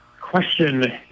question